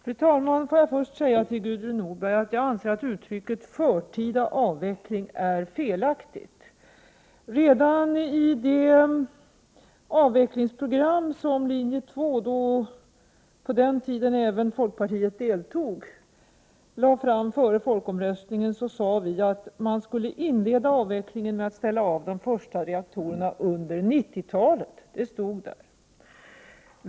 Fru talman! Jag vill först till Gudrun Norberg säga att jag anser att uttrycket förtida avveckling är felaktigt. Redan i det avvecklingsprogram som linje 2, som även folkpartiet stod bakom, lade fram före folkomröstningen sades det att avvecklingen skulle inledas med att man ställde av de första reaktorerna under 1990-talet. Det stod i programmet.